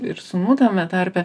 ir sūnų tame tarpe